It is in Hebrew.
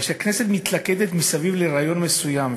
אבל כשהכנסת מתלכדת מסביב לרעיון מסוים,